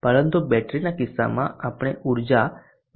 પરંતુ બેટરીના કિસ્સામાં આપણે ઉર્જા વોટ કલાકો ધ્યાનમાં લઈએ છીએ